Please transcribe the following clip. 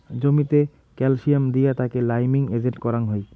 জমিতে ক্যালসিয়াম দিয়া তাকে লাইমিং এজেন্ট করাং হই